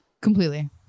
Completely